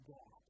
God